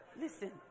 Listen